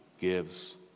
gives